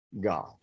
God